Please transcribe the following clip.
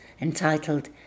entitled